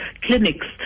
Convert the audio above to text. clinics